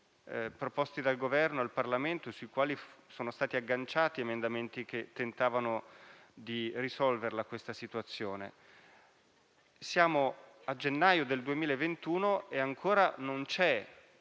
proposti dal Governo al Parlamento, ai quali sono stati agganciati emendamenti che tentavano di risolvere questa situazione. Siamo a gennaio 2021 e ancora non c'è